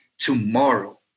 tomorrow